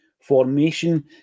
formation